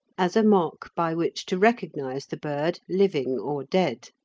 as a mark by which to recognise the bird living or dead.